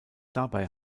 dabei